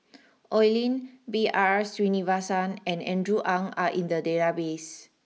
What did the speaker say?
Oi Lin B R Sreenivasan and Andrew Ang are in the database